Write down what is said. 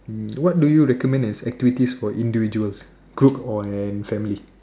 um what do you recommend as activities for individuals group or and family